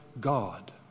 God